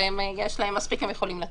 יש להם מספיק והם יכולים לתת.